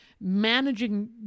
managing